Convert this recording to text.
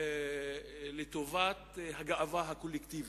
לטובת הגאווה הקולקטיבית.